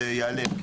זה ייעלם,